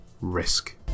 risk